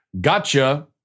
Gotcha